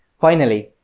finally,